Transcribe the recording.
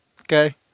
Okay